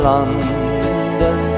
London